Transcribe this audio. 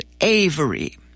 Avery